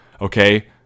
Okay